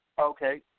Okay